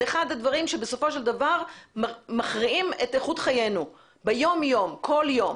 זה אחד הדברים שבסופו של דבר מכריעים את איכות חיינו ביום-יום כל יום.